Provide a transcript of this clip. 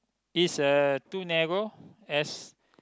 is uh too narrow as